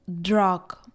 drug